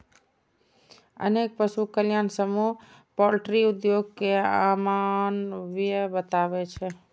अनेक पशु कल्याण समूह पॉल्ट्री उद्योग कें अमानवीय बताबै छै